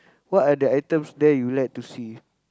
what are the items there you like to see